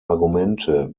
argumente